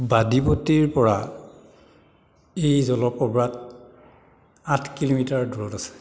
বাদিপট্টিৰ পৰা এই জলপ্ৰপাত আঠ কিলোমিটাৰ দূৰত আছে